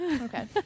Okay